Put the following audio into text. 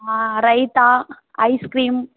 raita ice cream